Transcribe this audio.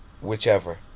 whichever